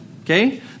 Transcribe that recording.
okay